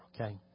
okay